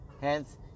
Hence